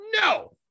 No